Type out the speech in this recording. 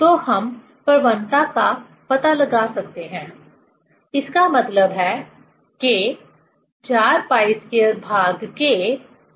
तो हम प्रवणता का पता लगा सकते हैं इसका मतलब है K 4π2Kslope